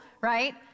right